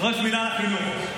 ראש מינהל החינוך.